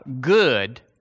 good